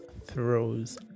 throws